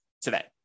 today